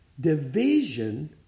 division